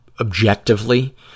objectively